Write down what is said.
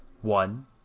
One